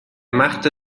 machte